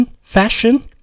fashion